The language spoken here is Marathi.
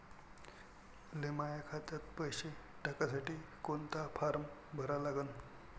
मले माह्या खात्यात पैसे टाकासाठी कोंता फारम भरा लागन?